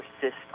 persist